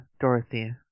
dorothy